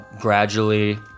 gradually